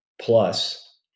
plus